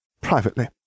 Privately